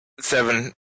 seven